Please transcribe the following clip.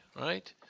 right